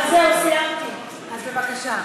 אבל זהו, סיימתי, אז בבקשה.